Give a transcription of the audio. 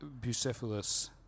Bucephalus